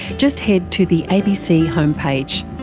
just head to the abc homepage.